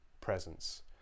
presence